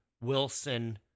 Wilson